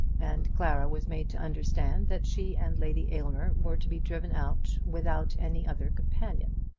and clara was made to understand that she and lady aylmer were to be driven out without any other companion.